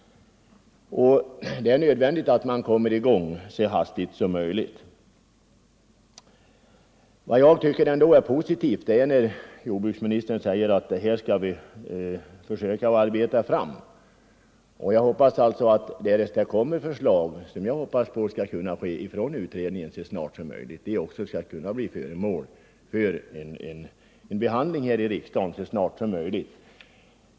Det är nödvändigt att man kommer i gång så snart som möjligt. Jag tycker att det är positivt när jordbruksministern säger att vi skall försöka arbeta fram förslag. Jag hoppas att det snart kommer förslag 151 från utredningen och att dessa så snart som möjligt skall bli föremål för behandling i riksdagen.